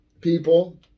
people